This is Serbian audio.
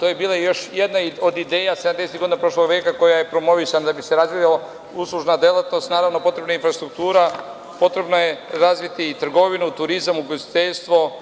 To je bila još jedna od ideja sedamdesetih godina prošlog veka koja je promovisana da bi se razvila uslužna delatnost, naravno potrebna je infrastruktura, potrebno je razviti i trgovinu, turizam, ugostiteljstvo,